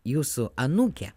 jūsų anūkę